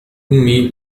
أمي